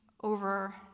over